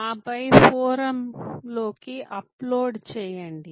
ఆపై ఫోరమ్లోకి అప్లోడ్ చేయండి